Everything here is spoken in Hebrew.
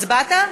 הצבעת?